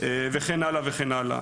וכן הלאה וכן הלאה.